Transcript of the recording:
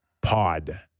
pod